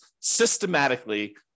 systematically